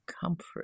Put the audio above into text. comfort